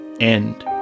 end